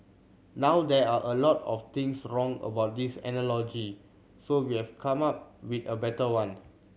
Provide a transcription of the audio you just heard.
now there are a lot of things wrong a with this analogy so we've come up with a better one